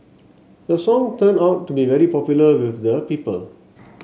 the song turned out to be very popular with the people